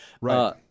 Right